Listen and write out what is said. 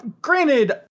Granted